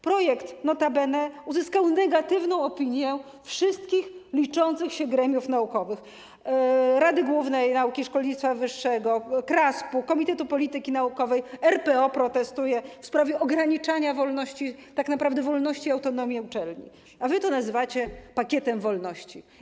Projekt notabene uzyskał negatywną opinię wszystkich liczących się gremiów naukowych: Rady Głównej Nauki i Szkolnictwa Wyższego, KRASP-u, Komitetu Polityki Naukowej, RPO protestuje w sprawie ograniczania wolności, tak naprawdę wolności i autonomii uczelni, a wy to nazywacie pakietem wolności.